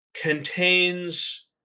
contains